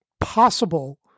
possible